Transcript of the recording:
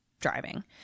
driving